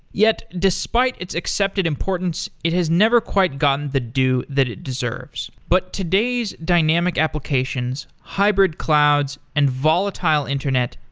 yet, despite its accepted importance, it has never quite gotten the due that it deserves. but today's dynamic applications, hybrid clouds and volatile internet,